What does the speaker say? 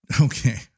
Okay